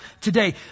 today